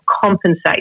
compensate